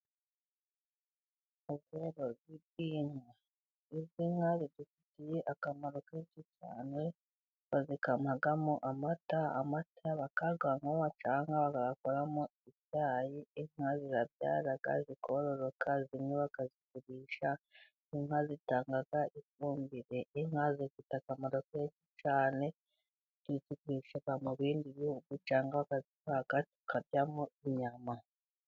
...inka zidufitiye akamaro kenshi cyane: Bazikamamo amata. Amata bakayanywa cyangwa bayakoramo icyayi. Inka zirabyara zikororoka, zimwe bakazigugurisha. Inka zitanga ifumbire. Inka zifite akamaro kenshi cyane, turazigurisha mu bindi bihugu cyangwa bakazibaga tukaryamo inyama.